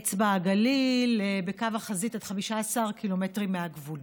אצבע הגליל, בקו החזית, עד 15 קילומטרים מהגבול.